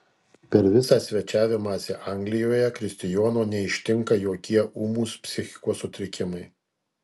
per visą svečiavimąsi anglijoje kristijono neištinka jokie ūmūs psichikos sutrikimai